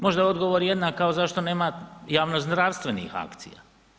Možda odgovor jednak kao zašto nema javnozdravstvenih akcija.